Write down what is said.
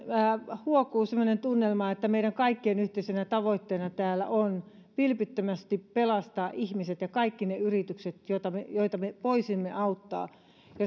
huokuu semmoinen tunnelma että meidän kaikkien yhteisenä tavoitteena täällä on vilpittömästi pelastaa ihmiset ja kaikki ne yritykset joita me joita me voisimme auttaa